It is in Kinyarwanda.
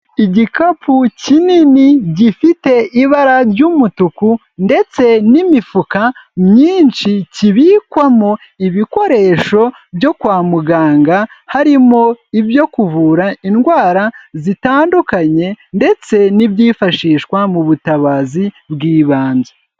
Igikapu kinini gifite ibara ry'umutuku ndetse n'imifuka myinshi, kibikwamo ibikoresho byo kwa muganga, harimo ibyo kuvura indwara zitandukanye ndetse n'ibyifashishwa mu butabazi bw'ibanze.